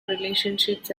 relationships